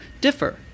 differ